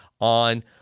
on